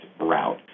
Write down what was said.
route